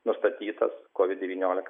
nustatytas covid devyniolika